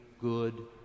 good